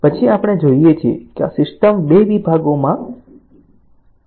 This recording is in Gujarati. અહીં આપણે જોઈએ છીએ કે આ સિસ્ટમ 2 ભાગોમાં કરવામાં આવે છે